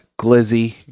glizzy